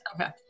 Okay